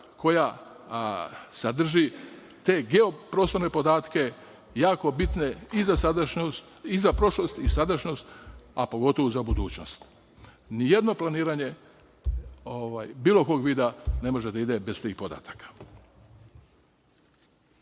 koja sadrži te geo-prostorne podatke, jako bitne i za sadašnjost i za prošlost, a pogotovo za budućnost. Nijedno planiranje bilo kod vida ne može da ide bez tih podataka. Ovde